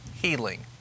healing